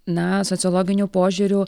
na sociologiniu požiūriu